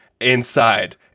inside